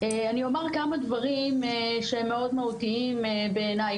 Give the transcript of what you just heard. ואומר כמה דברים שמאוד מהותי לי בעיני.